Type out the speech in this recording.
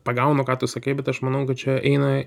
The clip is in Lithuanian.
pagaunu ką tu sakei bet aš manau kad čia eina